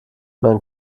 man